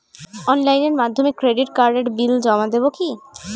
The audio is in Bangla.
অনলাইনের মাধ্যমে ক্রেডিট কার্ডের বিল জমা দেবো কি?